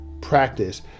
practice